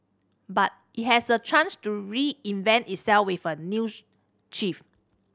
but it has a chance to reinvent itself with a new chief